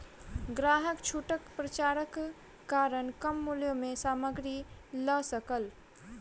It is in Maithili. ग्राहक छूटक पर्चाक कारण कम मूल्य में सामग्री लअ सकल